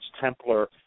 Templar